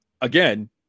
again